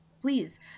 Please